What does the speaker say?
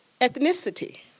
ethnicity